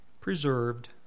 preserved